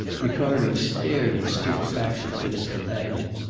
ricardo stared in stupefaction at his companion.